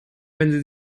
wenn